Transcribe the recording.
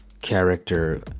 character